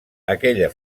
aquella